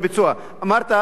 הוא מתוכנן לביצוע,